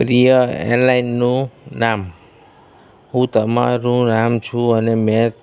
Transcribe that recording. રીયા એરલાઇનનું નામ હું તમારું નામ છું અને મેં